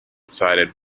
sided